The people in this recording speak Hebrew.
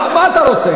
מה אתה רוצה?